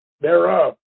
thereof